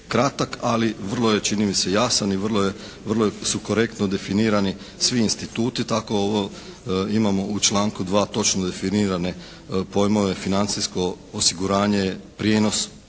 ali vrlo je čini mi se jasan i vrlo su korektno definirani svi instituti. Tako imamo u članku 2. točno definirane pojmove financijsko osiguranje prijenos